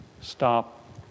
stop